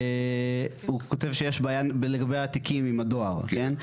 הוא כותב שיש בעיה לגבי התקיים עם הדואר, כן?